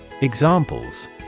Examples